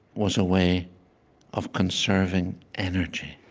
was a way of conserving energy.